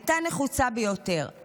הייתה נחוצה ביותר.